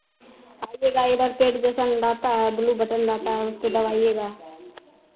आइएगा इधर पेट जैसन रहता है ब्लू बटन रहता है उसको दबाइएगा